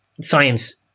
science